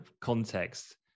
context